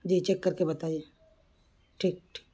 جی check کر کے بتائیے ٹھیک ٹھیک